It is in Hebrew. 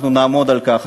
אנחנו נעמוד על כך,